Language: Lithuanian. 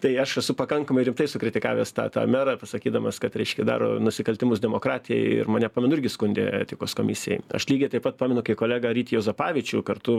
tai aš esu pakankamai rimtai sukritikavęs tą tą merą pasakydamas kad reiškia daro nusikaltimus demokratijai ir mane pamenu irgi skundė etikos komisijai aš lygiai taip pat pamenu kai kolegą rytį juozapavičių kartu